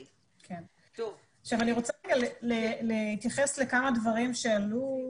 אני רוצה להתייחס לכמה דברים שעלו,